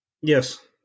Yes